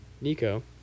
Nico